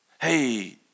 Hey